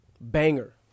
Banger